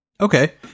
Okay